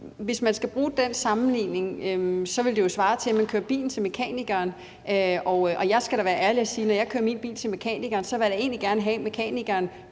Hvis man skal bruge den sammenligning, ville det jo svare til, at man kørte bilen til mekanikeren. Jeg skal da være ærlig at sige, at når jeg kører min bil til mekanikeren, vil jeg da egentlig gerne have, at mekanikeren